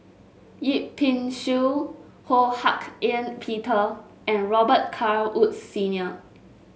Yip Pin Xiu Ho Hak Ean Peter and Robet Carr Woods Senior